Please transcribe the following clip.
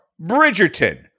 Bridgerton